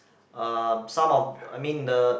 um some of I mean the